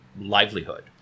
livelihood